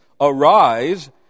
arise